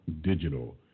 digital